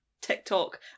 TikTok